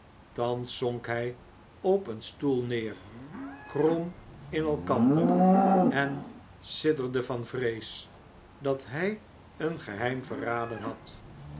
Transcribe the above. thans zonk hij op een stoel neer krom in elkander en sidderde van vrees dat hij een geheim verraden had